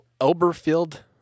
Elberfeld